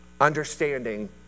understanding